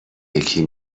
یکی